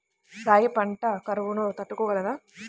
రాగి పంట కరువును తట్టుకోగలదా?